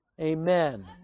Amen